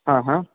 ಹಾಂ ಹಾಂ